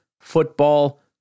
football